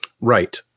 Right